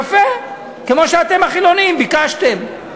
יפה, כמו שאתם החילונים ביקשתם.